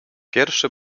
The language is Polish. pierwszy